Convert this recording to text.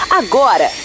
agora